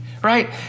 Right